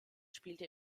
spielte